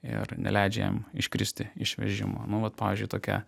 ir neleidžia jam iškristi iš vežimo nu vat pavyzdžiui tokia